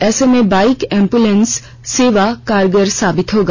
ऐसे में bike ambulance सेवा कारगर साबित होगा